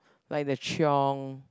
like the chiong